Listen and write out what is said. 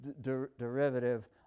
derivative